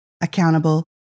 accountable